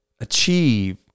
achieve